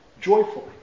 joyfully